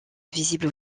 visible